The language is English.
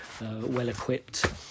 well-equipped